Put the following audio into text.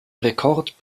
rekord